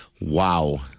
Wow